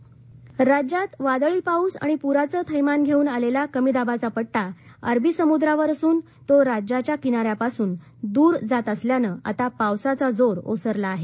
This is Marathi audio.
हवामान राज्यात वादळी पाऊस आणि पुराचं थैमान घेऊन आलेला कमीदाबाचा पट्टा अरबीसमुद्रावर असून तो राज्याच्या किनाऱ्यापासून दुर जात असल्यानं आता पावसाचा जोर ओसरला आहे